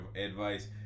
advice